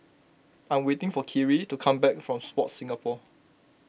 I'm waiting for Kyrie to come back from Sport Singapore